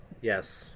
Yes